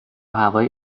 هوای